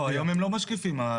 לא, היום הם לא משקיפים העסקים.